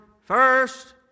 first